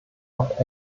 auf